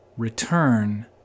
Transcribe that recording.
return